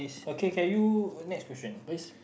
okay can you next question please